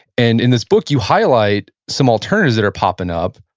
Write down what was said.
and in this book, you highlight some alternatives that are popping up,